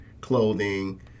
clothing